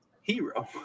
hero